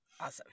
Awesome